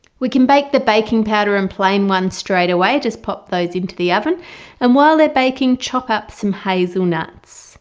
we can bake the baking powder and plain one straightaway just pop those into the oven and while they're baking chop up some hazelnuts